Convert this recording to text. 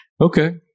Okay